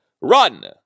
Run